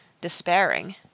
despairing